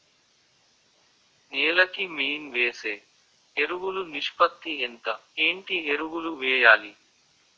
నేల కి మెయిన్ వేసే ఎరువులు నిష్పత్తి ఎంత? ఏంటి ఎరువుల వేయాలి?